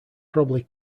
probably